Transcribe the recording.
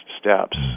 steps